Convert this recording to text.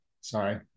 sorry